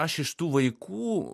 aš iš tų vaikų